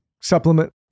supplement